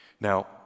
now